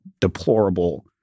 deplorable